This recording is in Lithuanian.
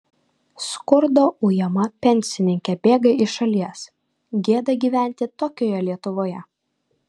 skurdo ujama pensininkė bėga iš šalies gėda gyventi tokioje lietuvoje